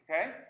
okay